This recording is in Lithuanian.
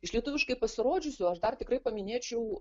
iš lietuviškai pasirodžiusių aš dar tikrai paminėčiau